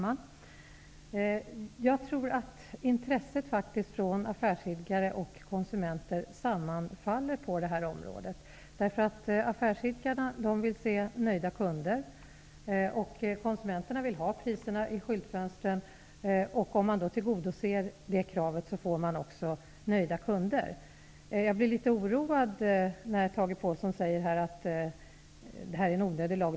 Herr talman! Jag tror att affärsidkares och konsumenters intressen sammanfaller på detta område. Affärsidkarna vill se nöjda kunder. Konsumenterna vill ha priser i skyltfönstren. Tillgodoser man det kravet, får man också nöjda kunder. Jag blir litet oroad när Tage Påhlsson säger att lagen är onödig.